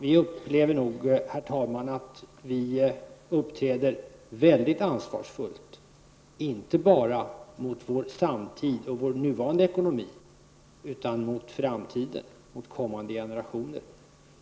Vi upplever, herr talman, att vi uppträder ansvarsfullt, inte bara mot vår samtid och vår nuvarande ekonomi utan också mot framtiden och kommande generationer.